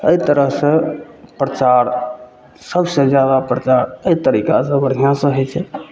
एहि तरहसे प्रचार सबसे जादा प्रचार एहि तरीकासे बढ़िआँसे होइ छै